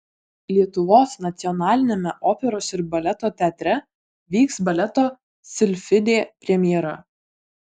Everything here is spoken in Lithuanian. lietuvos nacionaliniame operos ir baleto teatre vyks baleto silfidė premjera